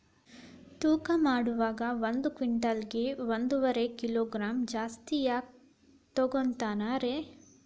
ತೂಕಮಾಡುವಾಗ ಒಂದು ಕ್ವಿಂಟಾಲ್ ಗೆ ಒಂದುವರಿ ಕಿಲೋಗ್ರಾಂ ಜಾಸ್ತಿ ಯಾಕ ತೂಗ್ತಾನ ರೇ?